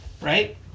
right